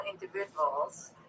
individuals